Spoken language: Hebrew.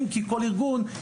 אם כי כל ארגון,